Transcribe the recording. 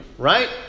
right